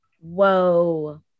whoa